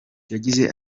yagize